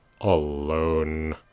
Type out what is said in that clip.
alone